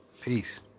Peace